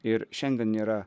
ir šiandien yra